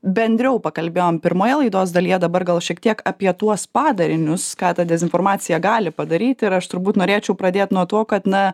bendriau pakalbėjom pirmoje laidos dalyje dabar gal šiek tiek apie tuos padarinius ką ta dezinformacija gali padaryt ir aš turbūt norėčiau pradėt nuo to kad na